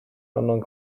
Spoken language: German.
anderen